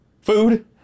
food